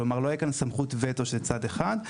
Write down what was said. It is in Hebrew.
כלומר ללא סמכות וטו לצד אחד,